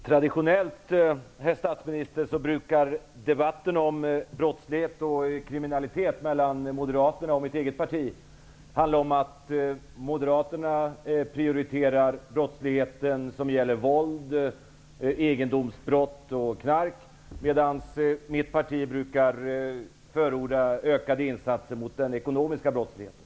Herr talman! Traditionellt brukar, herr statsminister, debatten om brottslighet och kriminalitet mellan Moderaterna och mitt eget parti handla om att Moderaterna prioriterar satsningar mot våldsbrott, egendomsbrott och narkotikabrott, medan mitt parti brukar förorda ökade insatser mot den ekonomiska brottsligheten.